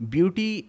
Beauty